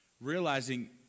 realizing